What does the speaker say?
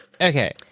Okay